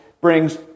brings